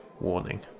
warning